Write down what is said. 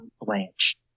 Blanche